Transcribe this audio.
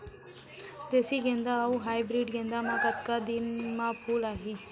देसी गेंदा अऊ हाइब्रिड गेंदा म कतका दिन म फूल आही?